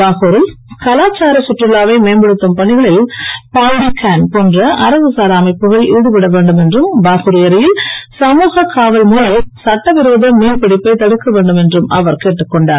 பாகூரில் கலாச்சார சுற்றுலாவை மேம்படுத்தும் பணிகளில் பாண்டிகேன் போன்ற அரசு சாரா அமைப்புகள் ஈடுபட வேண்டும் என்றும் பாகூர் ஏரியில் சமூக காவல் மூலம் சட்ட விரோத மீன்பிடிப்பை தடுக்க வேண்டும் என்றும் அவர் கேட்டுக் கொண்டார்